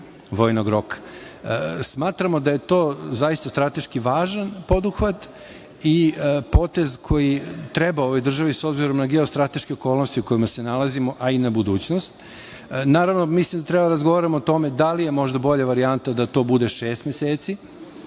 vojnog roka. Smatramo da je to zaista strateški važan poduhvat i potez koji treba ovoj državi s obzirom na geostrateške okolnosti u kojima se nalazimo, a i na budućnost. Naravno, treba sada da razgovaramo o tome da li je možda bolja varijanta da to bude šest meseci,